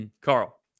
Carl